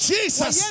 Jesus